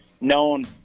known